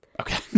Okay